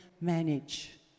manage